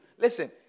listen